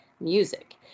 music